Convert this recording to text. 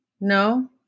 No